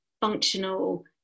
functional